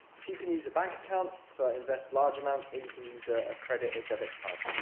so you can use a bank account for investing large amounts, or you can use a a credit, or debit card.